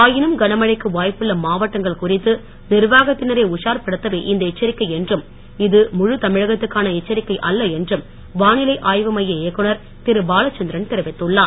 ஆயினும் கனமழைக்கு வாய்ப்புள்ள மாவட்டங்கள் குறித்து நிர்வாகத்தினரை உஷார் படுத்தவே இந்த எச்சரிக்கை என்றும் இது முழு தமிழகத்துக்கான எச்சரிக்கை அல்ல என்றும் வானிலை ஆய்வுமைய இயக்குநர் திரு பாலசந்திரன் தெரிவித்துள்ளார்